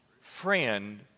friend